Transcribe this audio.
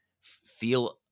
feel